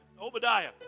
Obadiah